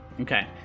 Okay